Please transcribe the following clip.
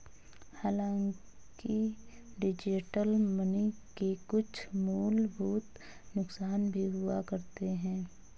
हांलाकि digital money के कुछ मूलभूत नुकसान भी हुआ करते हैं